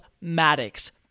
Maddox